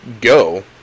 go